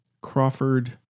Crawford